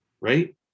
right